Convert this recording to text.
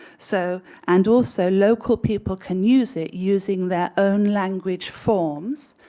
so and also local people can use it using their own language forms.